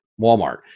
Walmart